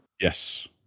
Yes